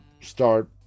start